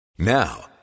Now